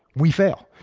we fail.